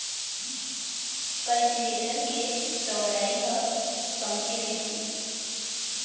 cultivator के चउड़ई ह कमती रहिथे